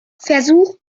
versuch